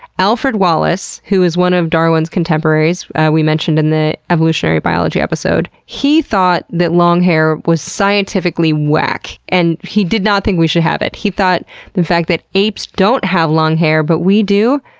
alfred wallace, who was one of darwin's contemporaries we mentioned in the evolutionary biology episode he thought that long hair was scientifically whack and he did not think we should have it. he thought the fact that apes don't have long hair but we do,